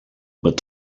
but